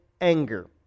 anger